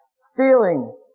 stealing